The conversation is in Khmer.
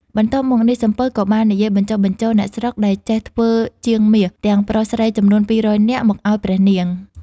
បន្ទាប់មក នាយសំពៅក៏បាននិយាយបញ្ចុះបញ្ចូលអ្នកស្រុកដែលចេះធ្វើជាងមាស ទាំងប្រុសស្រីចំនួន ២០០ នាក់ មកអោយព្រះនាង។